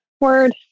word